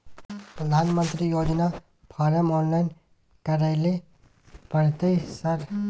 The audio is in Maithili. प्रधानमंत्री योजना फारम ऑनलाइन करैले परतै सर?